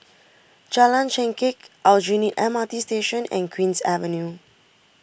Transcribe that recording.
Jalan Chengkek Aljunied M R T Station and Queen's Avenue